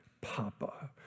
papa